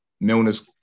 Milner's